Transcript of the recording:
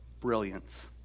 brilliance